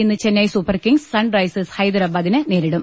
ഇന്ന് Chennai Super Kings Sunrisers ഹൈദരബാദിനെ നേരിടും